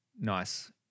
nice